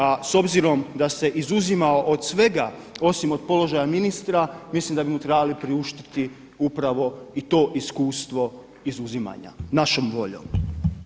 A s obzirom da se izuzimao od svega osim od položaja ministra mislim da bi mu trebali priuštiti upravo i to iskustvo izuzimanja našom voljom.